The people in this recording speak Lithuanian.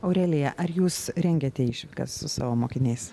aurelija ar jūs rengiate išvykas su savo mokiniais